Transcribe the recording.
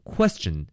Question